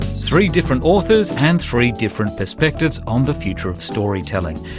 three different authors and three different perspectives on the future of storytelling.